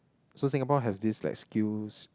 so Singapore has this like skills